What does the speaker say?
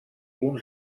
uns